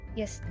yes